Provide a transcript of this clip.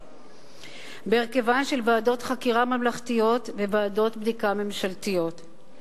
של ועדות חקירה ממלכתיות וועדות בדיקה ממשלתיות.